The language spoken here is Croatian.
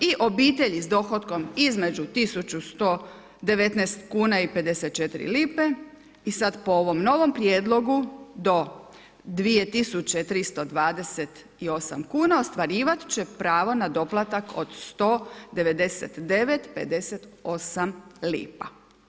I obitelji s dohotkom između 1119 kuna i 54 lipe i sad po ovom novom prijedlogu do 2328 kuna ostvarivat će pravo na doplatak od 199,58 lipa.